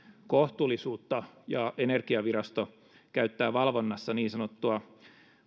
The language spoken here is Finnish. kohtuullisuutta energiavirasto käyttää valvonnassa niin sanottua